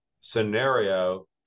scenario